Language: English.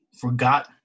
forgot